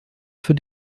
für